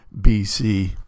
bc